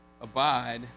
abide